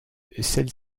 celle